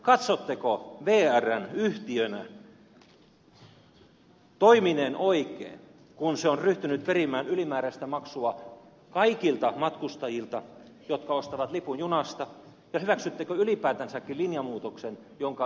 katsotteko vrn yhtiönä toimineen oikein kun se on ryhtynyt perimään ylimääräistä maksua kaikilta matkustajilta jotka ostavat lipun junasta ja hyväksyttekö ylipäätänsäkin linjamuutoksen jonka yhtiö on tehnyt